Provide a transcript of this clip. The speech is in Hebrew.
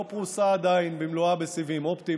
לא פרוסה עדיין במלואה בסיבים אופטיים,